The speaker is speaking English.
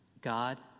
God